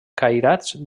cairats